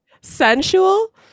sensual